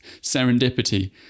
serendipity